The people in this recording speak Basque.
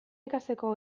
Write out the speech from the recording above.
ikasteko